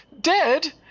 dead